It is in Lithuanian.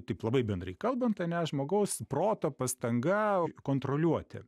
taip labai bendrai kalbant ane žmogaus proto pastanga kontroliuoti